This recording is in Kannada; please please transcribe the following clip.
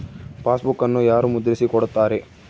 ಪಾಸ್ಬುಕನ್ನು ಯಾರು ಮುದ್ರಿಸಿ ಕೊಡುತ್ತಾರೆ?